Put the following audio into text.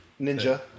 Ninja